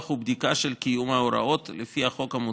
ובדיקה של קיום ההוראות לפי החוק המוצע: